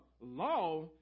law